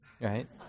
right